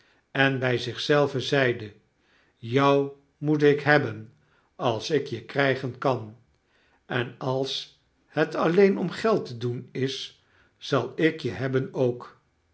en by zich zelven zeide n jou moet ik hebben als ik je krygen kan en als het alleen om geld te doen is zal ik je hebben ook